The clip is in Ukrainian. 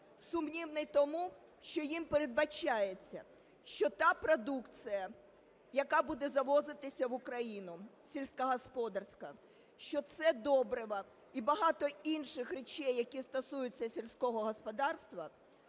Сумнівний тому, що ним передбачається, що та продукція, яка буде завозитися в Україну, сільськогосподарська, що це добрива і багато інших речей, які стосуються сільського господарства,